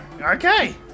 okay